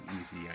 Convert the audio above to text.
easy